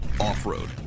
Off-road